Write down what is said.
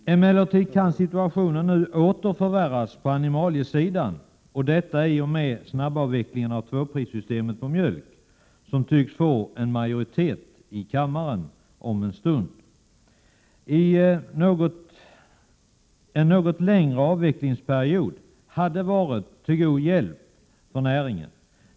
Situationen kan emellertid nu åter förvärras på animaliesidan i och med det förslag om en snabbavveckling av tvåprissystemet på mjölk som förmodligen får majoritet i kammaren om en stund. En något längre avvecklingsperiod hade varit till god hjälp för näringen.